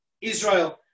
Israel